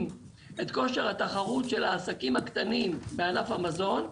את כושר התחרות של העסקים הקטנים בענף המזון,